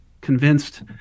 convinced